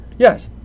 Yes